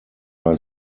war